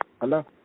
Hello